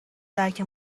درک